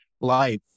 life